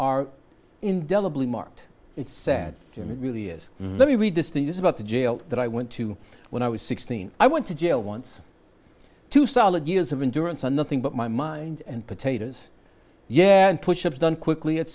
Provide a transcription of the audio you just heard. are indelibly marked it's sad to me really is let me read this thing is about the jail that i went to when i was sixteen i went to jail once two solid years of insurance are nothing but my mind and potatoes yand pushups done quickly at